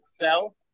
sell